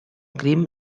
crim